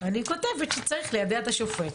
אני כותבת שצריך ליידע את השופט.